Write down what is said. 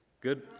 Good